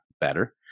better